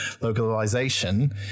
Localization